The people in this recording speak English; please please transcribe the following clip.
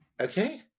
Okay